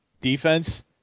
defense